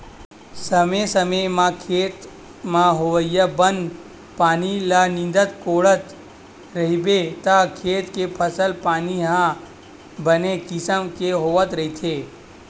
समे समे म खेत म होवइया बन पानी मन ल नींदत कोड़त रहिबे त खेत के फसल पानी ह बने किसम के होवत रहिथे